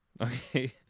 okay